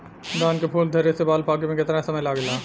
धान के फूल धरे से बाल पाके में कितना समय लागेला?